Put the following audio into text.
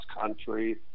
country